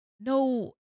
no